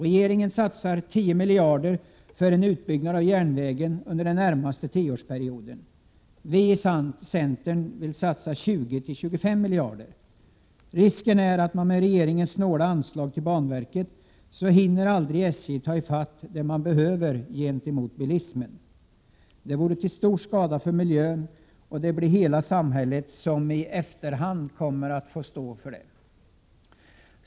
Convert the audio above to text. Regeringen satsar 10 miljarder på utbyggnad av järnvägen under den närmaste tioårsperioden — vi i centern vill satsa 20-25 miljarder. Risken med regeringens snåla anslag till banverket är att SJ aldrig hinner ta igen det som behövs gentemot bilismen. Det vore till stor skada för miljön, och hela samhället får i efterhand stå för konsekvensen av detta.